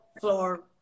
floor